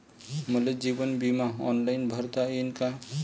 मले जीवन बिमा ऑनलाईन भरता येईन का?